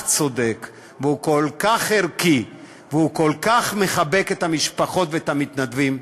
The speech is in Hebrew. צודק והוא כל כך ערכי והוא כל כך מחבק את המשפחות ואת המתנדבים.